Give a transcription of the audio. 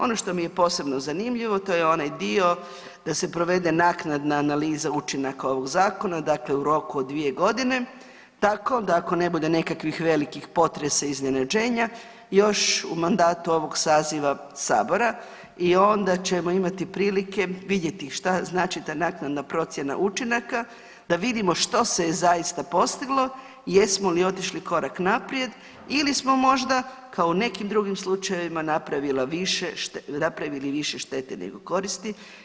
Ono što mi je posebno zanimljivo to je onaj dio da se provede naknadna analiza učinaka ovog zakona, dakle u roku od 2 godine tako da ako ne bude nekakvih velikih potresa iznenađenja još u mandatu ovog saziva sabora i ona ćemo imati prilike vidjeti šta znači ta naknadna procjena učinaka da vidimo što se je zaista postiglo i jesmo li otišli korak naprijed ili smo možda kao u nekim drugim slučajevima napravili više štete nego koristi.